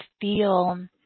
feel